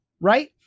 Right